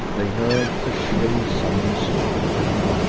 they heard the shrill summons of the bell,